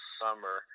summer